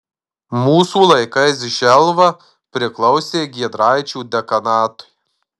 mūsų laikais želva priklausė giedraičių dekanatui